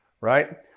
right